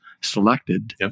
selected